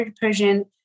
Persian